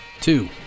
two